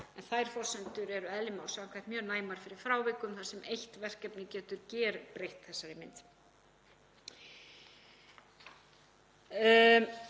ár. Þær forsendur eru eðli máls samkvæmt mjög næmar fyrir frávikum þar sem eitt verkefni getur gerbreytt þessari mynd.